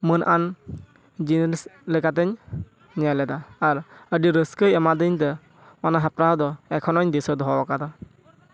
ᱢᱟᱹᱱᱼᱟᱱ ᱡᱤᱱᱤᱥ ᱞᱮᱠᱟᱛᱤᱧ ᱧᱮᱞ ᱮᱫᱟ ᱟᱨ ᱟᱹᱰᱤ ᱨᱟᱹᱥᱠᱟᱹᱭ ᱮᱢᱟᱫᱤᱧ ᱫᱚ ᱚᱱᱟ ᱦᱮᱯᱨᱟᱣ ᱫᱚ ᱮᱠᱷᱚᱱᱚᱧ ᱫᱤᱥᱟᱹ ᱫᱚᱦᱚᱣ ᱟᱠᱟᱫᱟ